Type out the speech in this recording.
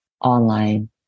online